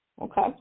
Okay